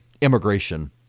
Immigration